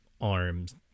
arms